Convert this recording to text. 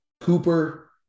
Cooper